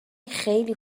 خیلی